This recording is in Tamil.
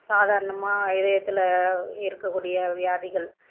சாதாரணமாக இதயத்தில் இருக்கக்கூடிய வியாதிகள்